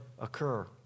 occur